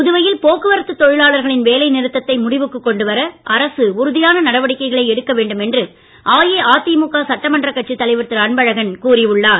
புதுவையில் போக்குவரத்து தொழிலாளர்களின் வேலை நிறுத்தத்தை முடிவிற்கு கொண்டு வர அரசு உறுதியான நடவடிக்கைகளை எடுக்க வேண்டும் என்று அஇஅதிமுக சட்டமன்றக் கட்சி தலைவர் திரு அன்பழகன் கூறி உள்ளார்